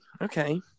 okay